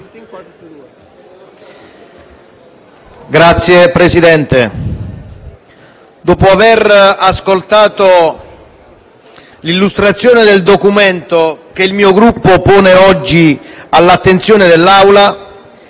Signor Presidente, dopo aver ascoltato l'illustrazione del documento che il mio Gruppo pone oggi all'attenzione dell'Assemblea,